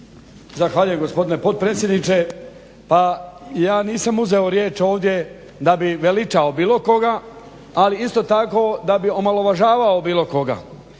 Zahvaljujem gospodine potpredsjedniče. Pa ja nisam uzeo riječ ovdje da bi veličao bilo koga, ali isto tako da bi omalovažavao bilo koga.